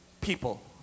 people